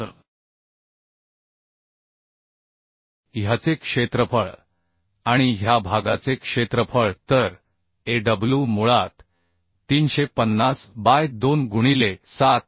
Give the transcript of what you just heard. तर ह्याचे क्षेत्रफळ आणि ह्या भागाचे क्षेत्रफळ तर Aw मुळात 350 बाय 2 गुणिले 7